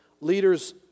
Leaders